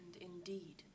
indeed